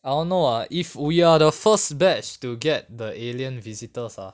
I don't know ah if we are the first batch to get the alien visitors ah